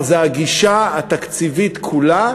כלומר הגישה התקציבית כולה